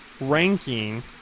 ranking